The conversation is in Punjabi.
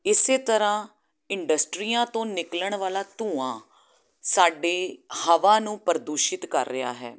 ਇਸ ਤਰ੍ਹਾਂ ਇੰਡਸਟਰੀਆਂ ਤੋਂ ਨਿਕਲਣ ਵਾਲਾ ਧੂਆਂ ਸਾਡੇ ਹਵਾ ਨੂੰ ਪ੍ਰਦੂਸ਼ਿਤ ਕਰ ਰਿਹਾ ਹੈ